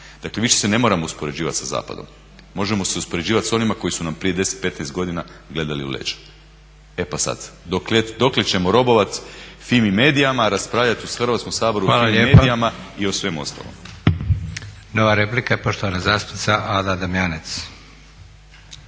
Dakle više se ne moramo uspoređivat sa zapadom, možemo se uspoređivat s onima koji su nam prije 10-15 godina gledali u leđa. E pa sad dokle ćemo robovat Fimi mediama, raspravljat u Hrvatskom saboru o Fimi mediama i o svemu ostalom.